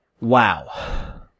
Wow